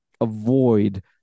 avoid